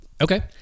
okay